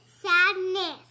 sadness